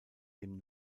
dem